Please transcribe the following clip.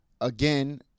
Again